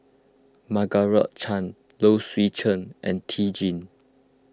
Margaret Chan Low Swee Chen and Lee Tjin